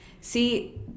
See